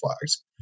flags